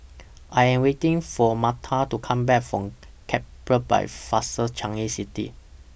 I Am waiting For Marta to Come Back from Capri By Fraser Changi City